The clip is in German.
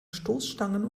stoßstangen